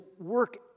work